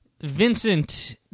Vincent